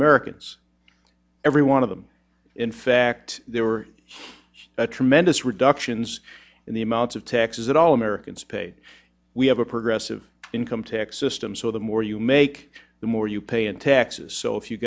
americans every one of them in fact there were a tremendous reductions in the amount of taxes that all americans paid we have a progressive income tax system so the more you make the more you pay in taxes so if you